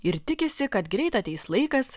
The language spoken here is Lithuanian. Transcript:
ir tikisi kad greit ateis laikas